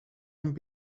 and